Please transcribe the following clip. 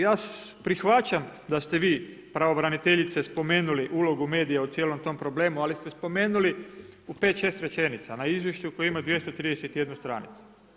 Ja prihvaćam da ste vi pravobraniteljice spomenuli ulogu medija u cijelom tom problemu, ali ste spomenuli u pet, šest rečenica na izvješću koje ima 231 stranicu.